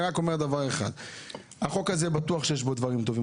בחוק הזה יש דברים טובים,